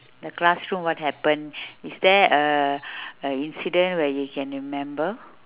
the classroom what happen is there a a incident where you can remember